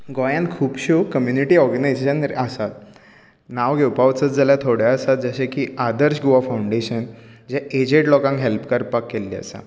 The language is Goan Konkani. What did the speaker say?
गोंयांत खूबश्यो कम्यूनीटी ऑर्गनायजेशन आसा नांव घेवपा वचत जाल्यार थोडे आसा जशे की आदर्श गोवा फावंडेशन जे एजड लोकांक हॅल्प करपाक केल्ले आसा